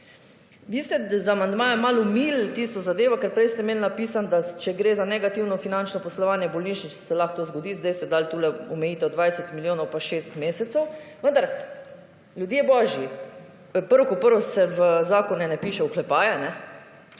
Vi ste z amandmajem malo umilili tisto zadevo, ker prej ste imeli napisano, da če gre za negativno finančno poslovno bolnišnic se lahko to zgodi. Sedaj ste dali tukaj omejitev 20 milijonov pa 6 mesecev, vendar ljudje božji prvo kot prvo se v zakone ne piše oklepaje.